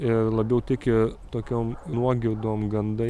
ir labiau tiki tokiom nuogirdom gandai